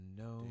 no